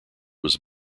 was